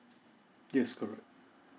yes correct